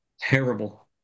Terrible